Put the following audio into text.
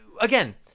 Again